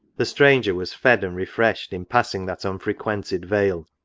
the stranger was fed and refreshed in passing that unfrequented vale,